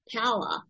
power